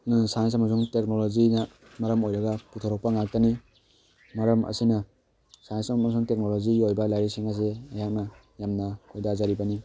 science ꯑꯃꯁꯨꯡ ꯇꯦꯛꯅꯣꯂꯣꯖꯤꯅ ꯃꯔꯝ ꯑꯣꯏꯔꯒ ꯄꯨꯊꯣꯔꯛꯄ ꯉꯥꯛꯇꯅꯤ ꯃꯔꯝ ꯑꯁꯤꯅ ꯁꯥꯏꯟꯁ ꯑꯃꯁꯨꯡ ꯇꯦꯛꯅꯣꯂꯣꯖꯤꯒꯤ ꯑꯣꯏꯕ ꯂꯥꯏꯔꯤꯛꯁꯤꯡ ꯑꯁꯤ ꯑꯩꯍꯥꯛꯅ ꯌꯥꯝꯅ ꯈꯣꯏꯗꯥꯖꯔꯤꯕꯅꯤ